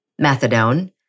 methadone